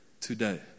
today